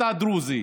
אתה דרוזי,